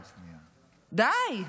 די,